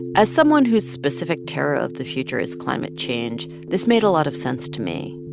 as someone whose specific terror of the future is climate change, this made a lot of sense to me.